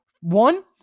One